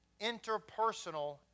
interpersonal